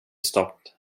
stopped